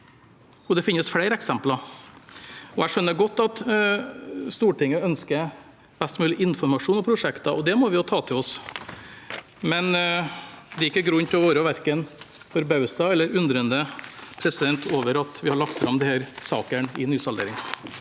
det finnes flere eksempler. Jeg skjønner godt at Stortinget ønsker best mulig informasjon om prosjekter, og det må vi ta til oss. Men det er ikke grunn til å være verken forbauset eller undrende over at vi har lagt fram disse sakene i nysalderingen.